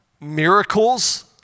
Miracles